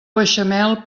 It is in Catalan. beixamel